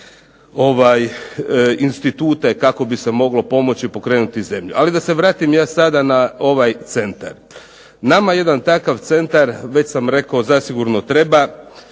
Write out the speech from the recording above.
institute kako bi se moglo pomoći pokrenuti zemlju. Ali da se vratim ja sada na ovaj centar. Nama jedan takav centar već sam rekao zasigurno treba